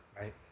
right